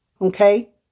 Okay